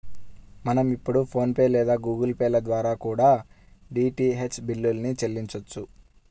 మనం ఇప్పుడు PhonePe లేదా గుగుల్ పే ల ద్వారా కూడా డీటీహెచ్ బిల్లుల్ని చెల్లించొచ్చు